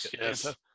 yes